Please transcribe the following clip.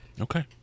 Okay